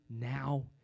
now